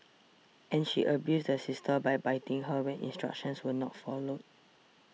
and she abused the sister by biting her when instructions were not followed